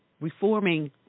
reforming